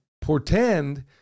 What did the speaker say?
portend